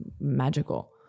Magical